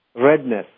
redness